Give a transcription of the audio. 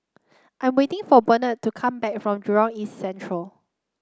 I'm waiting for Benard to come back from Jurong East Central